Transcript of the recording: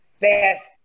fast